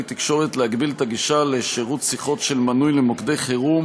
תקשורת להגביל את הגישה לשירות שיחות של מנוי למוקדי חירום